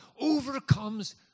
overcomes